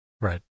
right